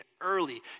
early